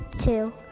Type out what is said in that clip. two